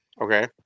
Okay